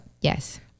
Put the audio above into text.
Yes